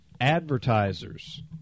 advertisers